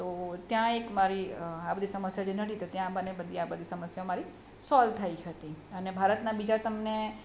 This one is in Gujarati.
તો ત્યાં એક મારી આ બધી સમસ્યા જે નડી તો ત્યાં મને આ બધી સમસ્યા મારી સોલ્વ થઈ હતી અને ભારતના બીજા તમને